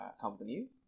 companies